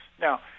Now